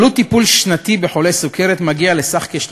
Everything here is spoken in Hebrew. עלות טיפול שנתי בחולה סוכרת מגיעה לסכום של